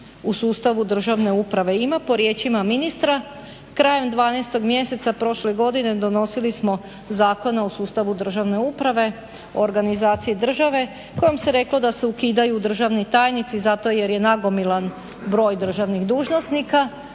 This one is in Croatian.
u sustavu državne uprave ima po riječima ministra. Krajem 12. mjeseca prošle godine donosili smo zakone o sustavu državne uprave, organizaciji države kojim se reklo da se ukidaju državni tajnici zato jer je nagomilan broj državnih dužnosnika,